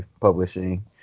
publishing